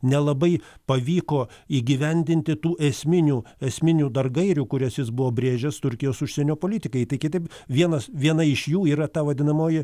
nelabai pavyko įgyvendinti tų esminių esminių dar gairių kurias jis buvo brėžęs turkijos užsienio politikai tai kitaip vienas viena iš jų yra ta vadinamoji